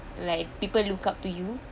like people look up to you